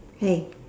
hey